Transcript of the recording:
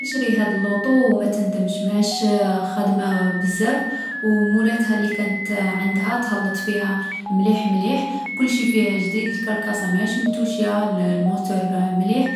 اشري هاد اللوطو او ما تندمش. ماهاش خادمة بزاف، او مولاتها لي كانت عندها تهلت فيها مليح مليح. كلشي فيها جديد. الكركاسا ماهاش متوشيا، الـ الموتور مليح.